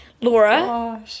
laura